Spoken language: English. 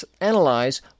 analyze